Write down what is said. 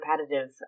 repetitive